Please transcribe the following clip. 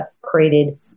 created